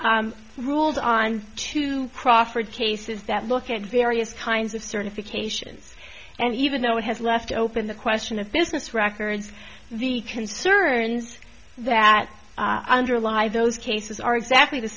briefs ruled on to crawford cases that look at various kinds of certifications and even though it has left open the question of business records the concerns that underlie those cases are exactly the